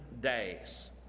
days